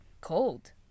cold